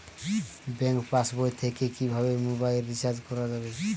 Bank পাশবই থেকে কিভাবে মোবাইল রিচার্জ করা যাবে?